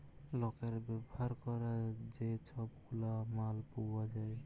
লকের ব্যাভার ক্যরার যে ছব গুলা মাল পাউয়া যায়